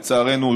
לצערנו,